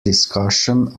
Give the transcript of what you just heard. discussion